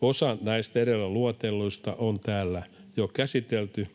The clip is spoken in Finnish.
Osa näistä edellä luetelluista on täällä jo käsitelty